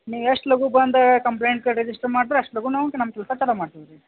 ನೀವು ಎಷ್ಟು ಲಘು ಬಂದು ಕಂಪ್ಲೇಂಟ್ ರಿಜಿಸ್ಟ್ರ್ ಮಾಡ್ತ್ರೆ ಅಷ್ಟು ಲಘುನ ನಮ್ಮ ಕೆಲಸ ಚಲು ಮಾಡ್ತೀವಿ ರೀ